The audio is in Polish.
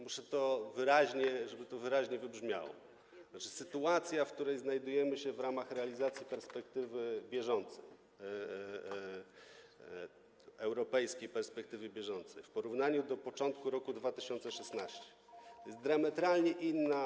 Muszę to wyraźnie powiedzieć, żeby to wyraźnie wybrzmiało: sytuacja, w której znajdujemy się w ramach realizacji perspektywy bieżącej, europejskiej perspektywy bieżącej, w porównaniu do początku roku 2016 jest diametralnie inna.